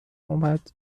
اومد